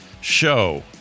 show